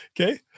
Okay